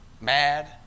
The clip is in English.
mad